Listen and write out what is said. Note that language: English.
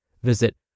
Visit